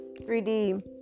3D